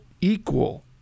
equal